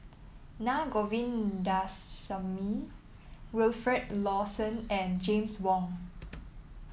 Na Govindasamy Wilfed Lawson and James Wong